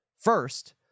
First